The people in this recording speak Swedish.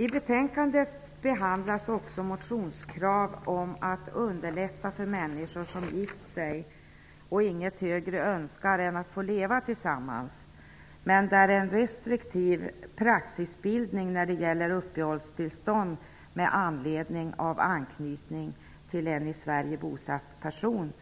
I betänkandet behandlas också motionskrav om att underlätta för människor som gift sig och inget högre önskar än att få leva tillsammans, men där en restriktiv praxisbildning för uppehållstillstånd med anledning av anknytning till en i Sverige bosatt person